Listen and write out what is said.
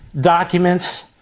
documents